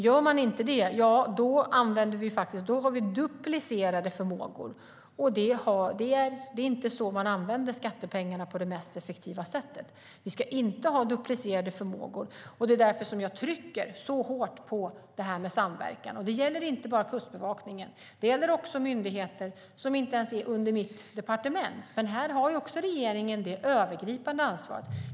Gör man inte det har vi duplicerade förmågor, och det är inte så man använder skattepengar på det mest effektiva sättet. Vi ska inte ha duplicerade förmågor. Det är därför som jag trycker så hårt på detta med samverkan. Det gäller inte bara Kustbevakningen, det gäller också myndigheter som inte ens ligger under mitt departement. Här har regeringen det övergripande ansvaret.